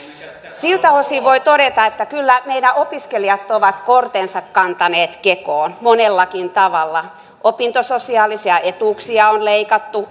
siltä osin voi todeta että kyllä meidän opiskelijat ovat kortensa kantaneet kekoon monellakin tavalla opintososiaalisia etuuksia on leikattu